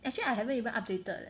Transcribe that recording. actually I haven't even updated eh